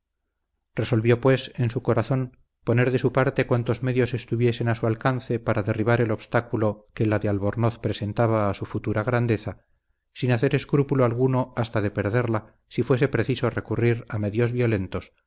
resolvió pues en su corazón poner de su parte cuantos medios estuviesen a su alcance para derribar el obstáculo que la de albornoz presentaba a su futura grandeza sin hacer escrúpulo alguno hasta de perderla si fuese preciso recurrir a medios violentos